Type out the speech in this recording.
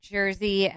Jersey